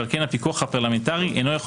ועל כן הפיקוח הפרלמנטרי איננו יכול